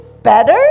Better